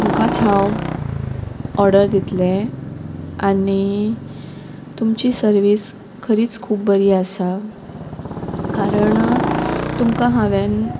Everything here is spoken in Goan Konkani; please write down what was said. तुमकांच हांव ऑर्डर दितलें आनी तुमची सर्वीस खरीच खूब बरी आसा कारण तुमकां हांवें